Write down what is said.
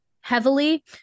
heavily